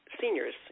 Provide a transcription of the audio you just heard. seniors